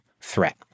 threat